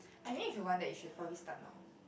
I mean if you want that you should probably start now